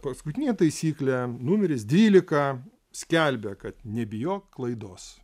paskutinė taisyklė numeris dvylika skelbia kad nebijok klaidos